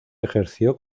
ejerció